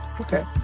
okay